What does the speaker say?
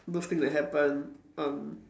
those thing that happened um